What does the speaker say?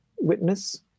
witness